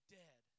dead